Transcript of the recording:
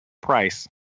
price